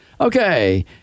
Okay